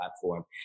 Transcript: platform